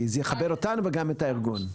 זה יכבד אותנו וגם את הארגון.